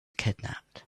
kidnapped